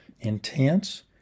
intense